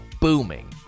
booming